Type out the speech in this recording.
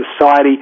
society